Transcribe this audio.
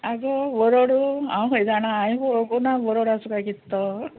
आगो बरोडू हांव खंय जाणा हांये पळोकूं ना बरोड आसूं काय कितें तो